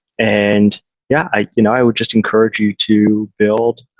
and yeah i you know i would just encourage you to build,